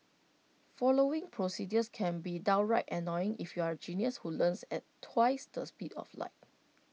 following procedures can be downright annoying if you're A genius who learns at twice the speed of light